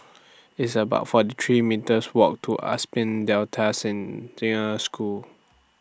It's about forty three metres Walk to Delta Senior School